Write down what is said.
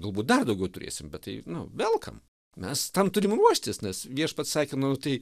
galbūt dar daugiau turėsim bet tai nu velkam mes tam turim ruoštis nes viešpats sakė nu tai